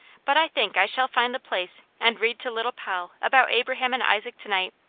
but i think i shall find the place and read to little poll about abraham and isaac to-night,